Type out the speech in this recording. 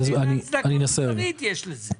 איזו הצדקה מוסרית יש לזה?